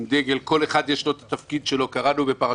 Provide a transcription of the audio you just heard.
לכל אחד יש את התפקיד שלו, כל